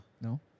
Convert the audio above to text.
No